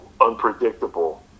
unpredictable